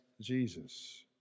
Jesus